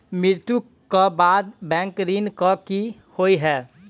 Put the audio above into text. मृत्यु कऽ बाद बैंक ऋण कऽ की होइ है?